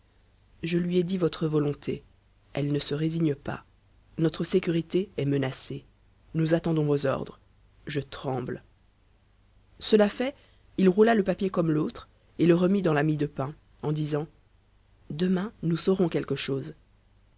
je lui ai dit votre volonté elle ne se résigne pas notre sécurité est menacée nous attendons vos ordres je tremble cela fait il roula le papier comme l'autre et le remit dans la mie de pain en disant demain nous saurons quelque chose